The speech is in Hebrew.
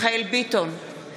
לפיכך נעבור להצבעה שמית.